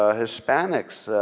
ah hispanics,